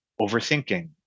overthinking